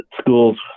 schools